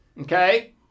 Okay